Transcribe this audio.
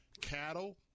cattle